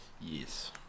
yes